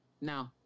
No